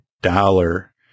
dollar